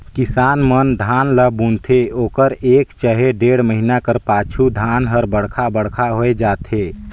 किसान मन धान ल बुनथे ओकर एक चहे डेढ़ महिना कर पाछू धान हर बड़खा बड़खा होए जाथे